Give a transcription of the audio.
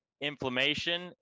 inflammation